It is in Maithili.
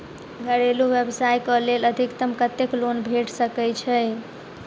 घरेलू व्यवसाय कऽ लेल अधिकतम कत्तेक लोन भेट सकय छई?